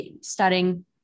studying